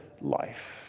life